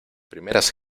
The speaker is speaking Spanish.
primeras